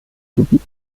gebiet